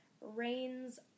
Rain's